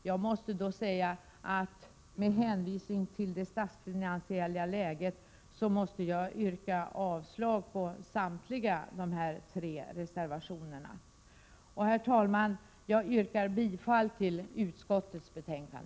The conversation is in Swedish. Jag vill då säga att jag med hänvisning till det statsfinansiella läget måste yrka avslag på samtliga tre reservationer. Herr talman! Jag yrkar bifall till utskottets hemställan.